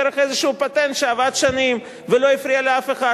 דרך איזה פטנט שעבד שנים ולא הפריע לאף אחד,